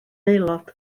aelod